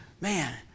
Man